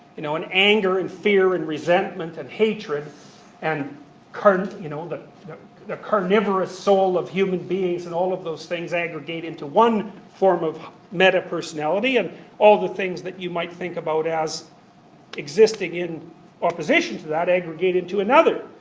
you know and anger and fear and resentment and hatred and you know the you know the carnivorous soul of human beings and all of those things aggregate into one form of meta-personality. and all the things that you might think about as existing in opposition to that aggregate into another.